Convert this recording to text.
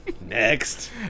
Next